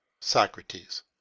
Socrates